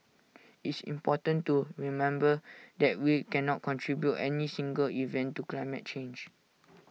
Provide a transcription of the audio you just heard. it's important to remember that we cannot attribute any single event to climate change